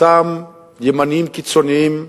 את אותם ימניים קיצוניים,